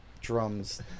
drums